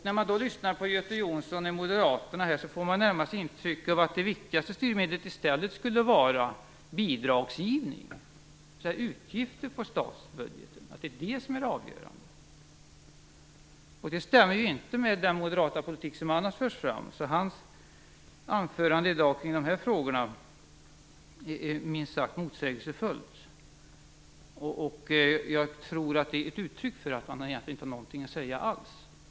När man lyssnar på Göte Jonsson från Moderaterna får man närmast ett intryck av att det viktigaste styrmedlet i stället skulle vara bidragsgivningen, dvs. utgifter på statsbudgeten. Det stämmer inte med Moderaternas politik som förs fram i andra sammanhang. Göte Jonssons anförande i dag i dessa frågor är minst sagt motsägelsefullt. Det är ett uttryck för att man egentligen inte har något att säga alls.